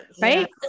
Right